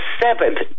seventh